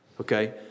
Okay